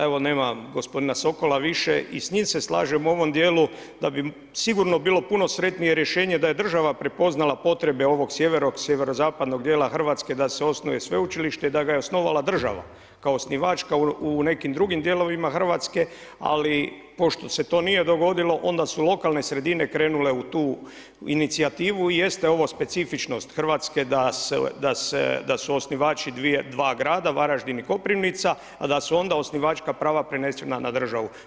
Evo nema gospodina Sokola više, i s njim se slažem u ovom djelu da bi sigurno bilo sretnije rješenje da je država prepoznala potrebe ovog sjevero-sjeverozapadnog djela Hrvatske da osnuje sveučilište i da ga je osnovala država kao osnivač, kao u nekim drugim dijelovima Hrvatske ali pošto se to nije dogodilo, onda su lokalne sredine krenule u tu inicijativu, jeste ovo specifičnost Hrvatske da su osnivači dva grada, Varaždin i Koprivnica a da su onda osnivačka prava prenesena da državu.